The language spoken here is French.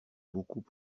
beaucoup